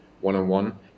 one-on-one